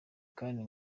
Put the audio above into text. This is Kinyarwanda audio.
kandi